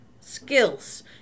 skills